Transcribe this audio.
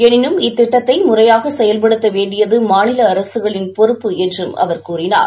எனினும் இத்திட்டத்தை முறையாக செயல்படுத்த வேண்டியது மாநிலஅரசுகளின் பொறுப்பு என்றும் அவர் கூறினார்